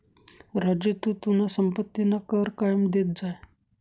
राजू तू तुना संपत्तीना कर कायम देत जाय